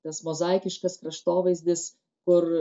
tas mozaikiškas kraštovaizdis kur